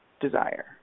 desire